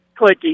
clicky